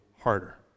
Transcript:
harder